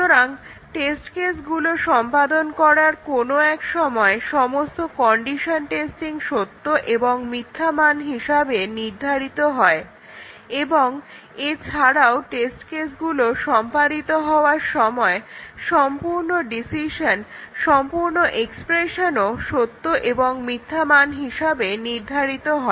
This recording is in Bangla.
সুতরাং টেস্ট কেসগুলো সম্পাদন করার কোনো এক সময় সমস্ত অ্যাটমিক কন্ডিশন সত্য এবং মিথ্যা মান হিসাবে নির্ধারিত হয় এবং এছাড়াও টেস্ট কেসগুলো সম্পাদিত হওয়ার সময় সম্পূর্ণ ডিসিশন সম্পূর্ণ এক্সপ্রেশনও সত্য এবং মিথ্যা মান হিসাবে নির্ধারিত হয়